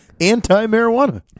anti-marijuana